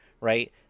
right